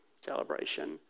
celebration